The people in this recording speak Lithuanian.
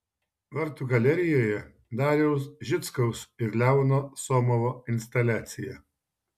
vartų galerijoje dariaus žickaus ir leono somovo instaliacija